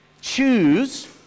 choose